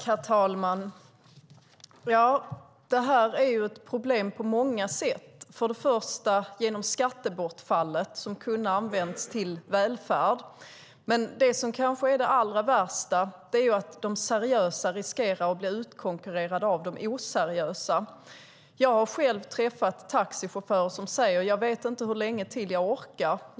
Herr talman! Det här är ett problem på många sätt. Först och främst är det skattebortfallet, som kunde ha använts till välfärd. Men det allra värsta är att de seriösa företagen riskerar att bli utkonkurrerade av de oseriösa. Jag har själv träffat taxichaufförer som säger att de inte vet hur länge till de orkar.